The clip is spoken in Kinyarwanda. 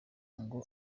ngo